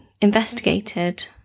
investigated